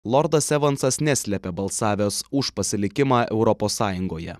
lordas evansas neslepia balsavęs už pasilikimą europos sąjungoje